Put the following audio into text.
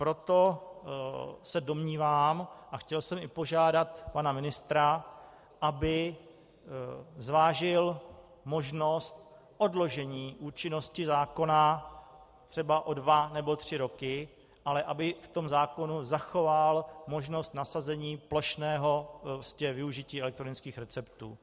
Proto se domnívám, a chtěl jsem i požádat pana ministra, aby zvážil možnost odložení účinnosti zákona třeba o dva nebo tři roky, ale aby v tom zákoně zachoval možnost nasazení plošného využití elektronických receptů.